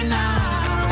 now